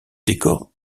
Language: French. décor